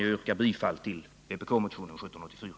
Jag yrkar bifall till vpk-motionen 1784.